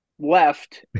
left